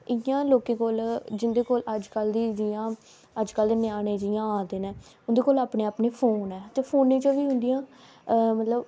इ'यां लोकें कोल जिं'दे कोल अज्जकल दी जि'यां अज्जकल दे ञ्यानें जि'यां आ रदे न उं'दे कोल अपने अपने फोन ऐ ते फोनै च बी उं'दियां अ मतलब